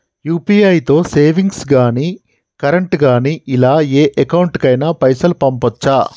UPI తో savings గాని current గాని ఇలా ఏ అకౌంట్ కైనా పైసల్ పంపొచ్చా?